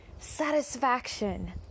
Satisfaction